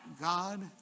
God